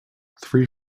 three